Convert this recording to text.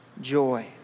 joy